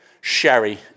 sherry